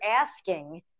asking